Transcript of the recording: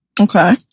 Okay